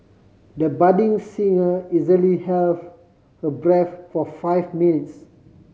the budding singer easily held her breath for five minutes